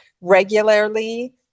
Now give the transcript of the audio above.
regularly